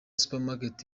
supermarket